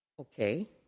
Okay